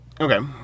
Okay